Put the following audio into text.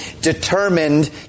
determined